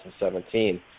2017